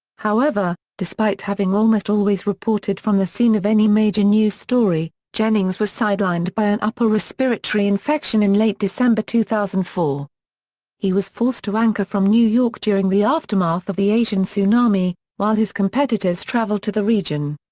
however, despite having almost always reported from the scene of any major news story, jennings was sidelined by an upper respiratory infection in late december two thousand and four he was forced to anchor from new york during the aftermath of the asian tsunami, while his competitors traveled to the region.